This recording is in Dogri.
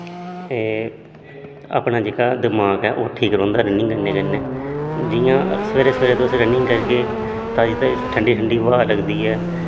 एह् अपना जेह्का दमाग ऐ ओह् ठीक रौंहदा रनिंग करने कन्नै जियां सवेरे सवेरे तुस रनिंग करगे ताजी ताजी ठंडी ब्हाऽ लगदी ऐ